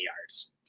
yards